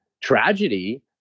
tragedy